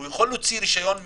הם יכולים להוציא רישיון מנייר.